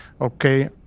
okay